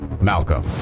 Malcolm